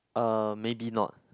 uh maybe not